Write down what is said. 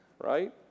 right